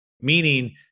meaning